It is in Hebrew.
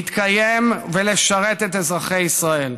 להתקיים ולשרת את אזרחי ישראל.